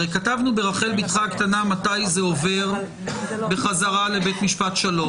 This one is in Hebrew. הרי כתבנו ברחל בתך הקטנה מתי זה עובר בחזרה לבית משפט שלום.